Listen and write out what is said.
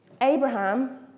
Abraham